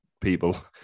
people